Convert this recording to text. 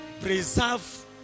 preserve